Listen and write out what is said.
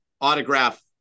Autograph